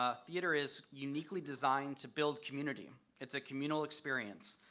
ah theater is uniquely designed to build community, it's a communal experience.